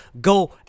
go